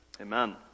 Amen